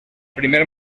primer